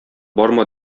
барма